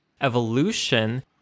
evolution